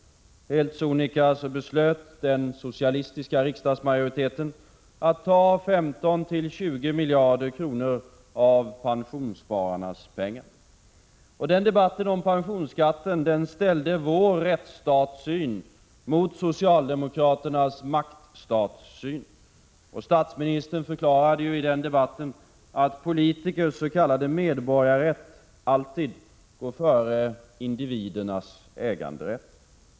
Helt sonika beslöt den socialistiska riksdagsmajoriteten att ta 15-20 miljarder kronor av pensionsspararnas pengar. Debatten om pensionsskatten ställde vår rättsstatssyn mot socialdemokraternas maktstatssyn. Och statsministern förklarade i den debatten att politikers s.k. medborgarrätt alltid går före individernas äganderätt.